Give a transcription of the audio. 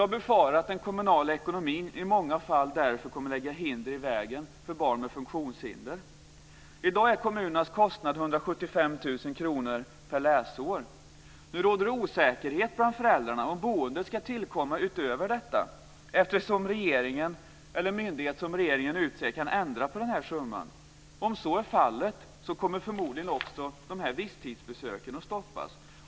Jag befarar att den kommunala ekonomin i många fall därför kommer att lägga hinder i vägen för barn med funktionshinder. I dag är kommunernas kostnad 175 000 kr per läsår. Nu råder det osäkerhet bland föräldrarna om kostnaden för boendet ska tillkomma utöver detta, eftersom regeringen eller en myndighet som regeringen utser kan ändra denna summa. Om så är fallet kommer förmodligen också dessa visstidsbesök att stoppas.